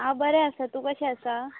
हांव बरे आसा तूं कशे आसा